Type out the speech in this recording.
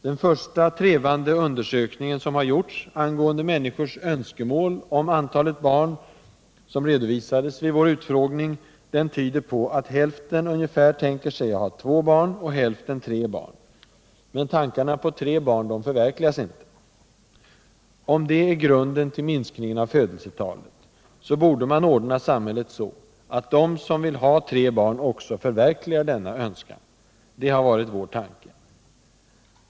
Den första trevande undersökning som har gjorts angående människors önskemål om antalet barn och som redovisades vid vår utfrågning tyder på att hälften tänker sig att ha två barn och hälften att ha tre barn. Men tankarna på tre barn förverkligas inte. Om detta är grunden till minskningen av födelsetalen, borde man ordna samhället så, att de som vill ha tre barn också förverkligar denna önskan. Det har varit vår tanke.